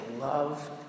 love